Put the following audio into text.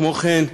כמו כן,